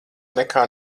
nekā